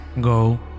go